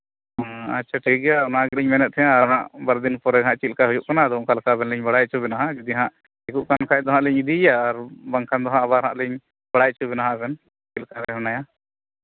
ᱟᱪᱪᱷᱟ ᱴᱷᱤᱠ ᱜᱮᱭᱟ ᱚᱱᱟᱜᱮᱞᱤᱧ ᱢᱮᱱ ᱮᱫ ᱛᱟᱸᱦᱮᱱ ᱟᱨ ᱚᱱᱟ ᱵᱟᱨᱫᱤᱱ ᱯᱚᱨᱮ ᱦᱟᱜ ᱪᱮᱫ ᱠᱟ ᱦᱩᱭᱩᱜ ᱠᱟᱱᱟ ᱚᱱᱠᱟ ᱞᱮᱠᱟ ᱟᱵᱮᱱ ᱞᱤᱧ ᱵᱟᱲᱟᱭ ᱦᱚᱪᱚ ᱵᱮᱱᱟ ᱡᱚᱫᱤᱦᱟᱜ ᱴᱷᱤᱠᱚᱜ ᱠᱟᱱ ᱠᱷᱟᱱ ᱦᱟᱜ ᱞᱤᱧ ᱤᱫᱤᱭᱮᱭᱟ ᱟᱨ ᱵᱟᱝᱠᱷᱟᱱ ᱫᱚ ᱦᱟᱜ ᱵᱟᱲᱟᱭ ᱦᱚᱪᱚ ᱵᱤᱱᱟᱹᱧ ᱟᱵᱮᱱ ᱪᱮᱫ ᱞᱮᱠᱟ ᱢᱮᱱᱟᱭᱟ